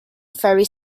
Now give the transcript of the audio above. very